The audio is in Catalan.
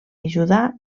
ajudar